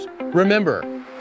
Remember